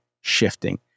shifting